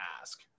ask